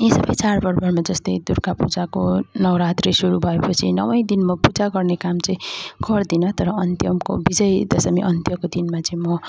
यी सबै चाडपर्वहरूमा जस्तै दुर्गा पूजाको नवरात्री सुरु भए पछि नौ दिन म पूजा गर्ने काम चाहिँ गर्दिनँ तर अन्त्यको विजय दसमी अन्त्यको दिनमा चाहिँ म